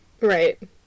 right